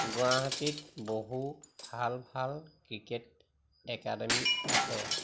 গুৱাহাটীত বহু ভাল ভাল ক্ৰিকেট একাডেমি আছে